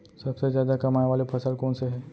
सबसे जादा कमाए वाले फसल कोन से हे?